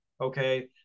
Okay